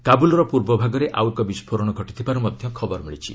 କାବୁଲ୍ର ପୂର୍ବ ଭାଗରେ ଆଉ ଏକ ବିସ୍ଫୋରଣ ଘଟିଥିବାର ଖବର ମିଳିଛି